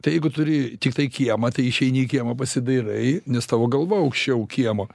tai jeigu turi tiktai kiemą tai išeini į kiemą pasidairai nes tavo galva aukščiau kiemo